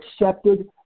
accepted